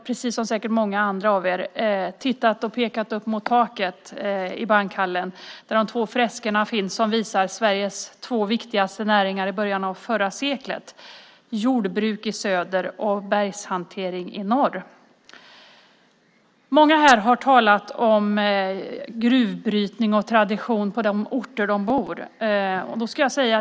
Precis som säkert många andra av er har jag tittat och pekat upp mot taket i bankhallen där de två fresker finns som visar Sveriges två viktigaste näringar i början av förra seklet: jordbruket i söder och bergshanteringen i norr. Många här har talat om gruvbrytning och om traditionen på de orter där de bor.